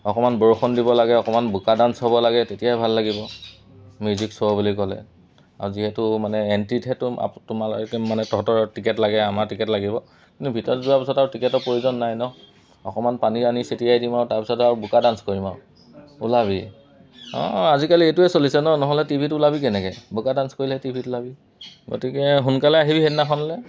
অকণমান বৰষুণ দিব লাগে অকণমান বোকা ডান্স হ'ব লাগে তেতিয়াহে ভাল লাগিব মিউজিক শ্ব' বুলি ক'লে আৰু যিহেতু মানে এণ্ট্ৰিত হেতু মানে তহঁতৰ টিকেট লাগে আমাৰ টিকেট লাগিব কিন্তু ভিতৰত যোৱাৰ পিছত আৰু টিকেটৰ প্ৰয়োজন নাই ন অকণমান পানী আনি ছটিয়াই দিম আৰু তাৰপিছত আৰু বোকা ডান্স কৰিম আৰু ওলাবি অঁ আজিকালি এইটোৱে চলিছে নহ'লে টি ভিত ওলাবি কেনেকৈ বোকা ডান্স কৰিলেহে টি ভিত ওলাবি গতিকে সোনকালে আহিবি সেইদিনাখনলৈ